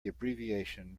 abbreviation